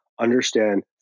understand